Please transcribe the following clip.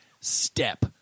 step